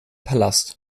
palast